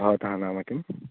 भवतः नाम किम्